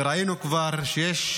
וראינו כבר שיש